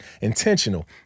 intentional